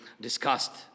discussed